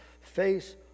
Face